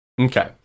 Okay